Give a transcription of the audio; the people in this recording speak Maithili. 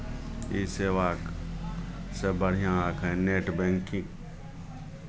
ई सेवासँ बढ़िआँ एखन नेट बैंकिंग